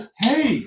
hey